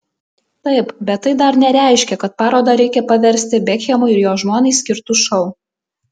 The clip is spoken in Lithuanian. taip bet tai dar nereiškia kad parodą reikia paversti bekhemui ir jo žmonai skirtu šou